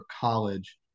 college